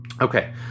Okay